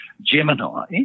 Gemini